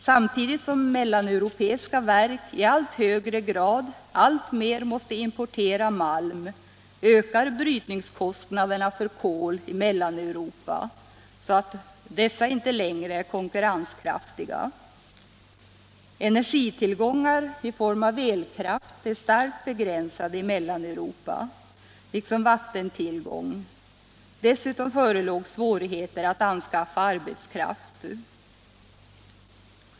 Samtidigt som mellaneuropeiska verk i allt högre grad måste importera malm ökar brytningskostnaderna för kol i Mellaneuropa, så att dessa verk inte längre är konkurrenskraftiga. Energitillgångar i form av elkraft är starkt begränsade i Mellaneuropa, liksom vattentillgång. Dessutom föreligger svårigheter att anskaffa arbetskraft.